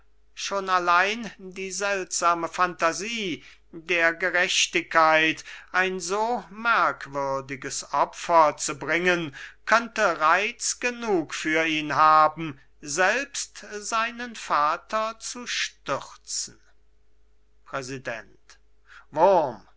schon allein die seltsame phantasie der gerechtigkeit ein so merkwürdiges opfer zu bringen könnte reiz genug für ihn haben selbst seinen vater zu stürzen präsident